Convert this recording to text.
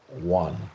one